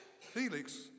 Felix